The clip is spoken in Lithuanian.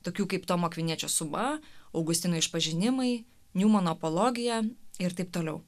tokių kaip tomo akviniečio suba augustino išpažinimai niūmano pologija ir taip toliau